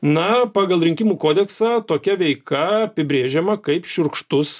na pagal rinkimų kodeksą tokia veika apibrėžiama kaip šiurkštus